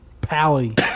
Pally